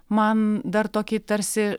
man dar tokį tarsi